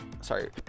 Sorry